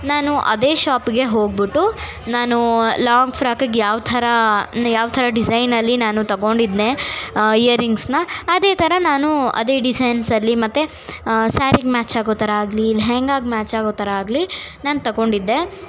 ನಾನು ಅದೇ ಶಾಪ್ಗೆ ಹೋಗಿಬಿಟ್ಟು ನಾನು ಲಾಂಗ್ ಫ್ರಾಕಗೆ ಯಾವ ಥರ ಯಾವ ಥರ ಡಿಸೈನಲ್ಲಿ ನಾನು ತೊಗೊಂಡಿದ್ದೆ ಇಯರಿಂಗ್ಸ್ನ ಅದೇ ಥರ ನಾನೂ ಅದೇ ಡಿಸೈನ್ಸಲ್ಲಿ ಮತ್ತು ಸ್ಯಾರಿಗೆ ಮ್ಯಾಚಾಗೊ ಥರ ಆಗಲಿ ಲೆಹೆಂಗಾಗೆ ಮ್ಯಾಚಾಗೊ ಥರ ಆಗಲಿ ನಾನು ತೊಗೊಂಡಿದ್ದೆ